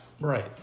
Right